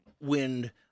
wind